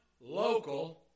local